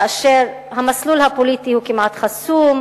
כאשר המסלול הפוליטי הוא כמעט חסום,